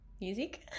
Music